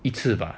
一次吧